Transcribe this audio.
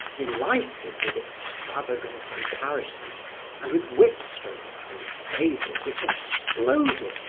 delighted with extravagant comparisons and with whip strokes and phrases which exploded,